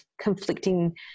conflicting